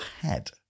head